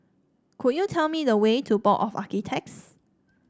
could you tell me the way to Board of Architects